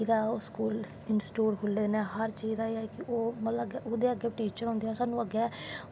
इसलदे institute खुल्ले दे नै हर चीज़ दा एह् ऐ कि ओह् ओह्ॅदे अग्गैं टीचर होंदे ऐं साह्नू अग्गैं